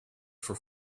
for